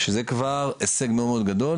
שזה כבר הישג מאוד גדול.